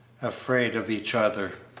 afraid of each other.